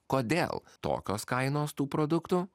kodėl tokios kainos tų produktų